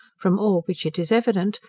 from all which it is evident,